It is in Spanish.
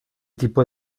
tipo